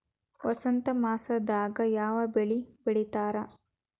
ವಸಂತ ಮಾಸದಾಗ್ ಯಾವ ಬೆಳಿ ಬೆಳಿತಾರ?